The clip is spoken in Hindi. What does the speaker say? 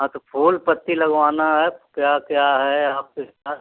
हाँ तो फूल पत्ती लगवाना है क्या क्या है आपके पास